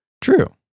True